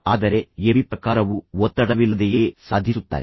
ಆದರೆ ಎಬಿ ಪ್ರಕಾರವು ಒತ್ತಡವಿಲ್ಲದೆಯೇ ಸಾಧಿಸುತ್ತಾರೆ